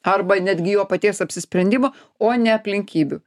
arba netgi jo paties apsisprendimo o ne aplinkybių